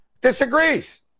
disagrees